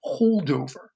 holdover